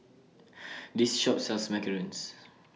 This Shop sells Macarons